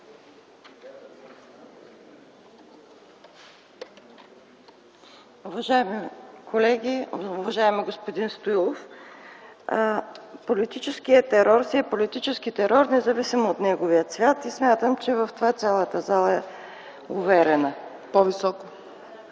Уважаеми колеги, уважаеми господин Стоилов! Политическият терор си е политически терор, независимо от неговия цвят. Смятам, че цялата зала е уверена в това.